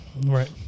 Right